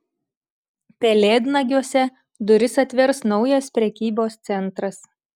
pelėdnagiuose duris atvers naujas prekybos centras